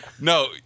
No